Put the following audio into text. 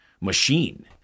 machine